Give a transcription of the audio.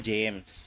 James